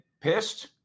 pissed